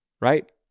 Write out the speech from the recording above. Right